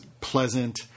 pleasant